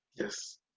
Yes